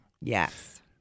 Yes